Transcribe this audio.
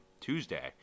Tuesday